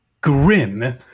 grim